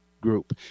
group